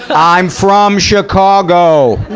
i'm from chicago!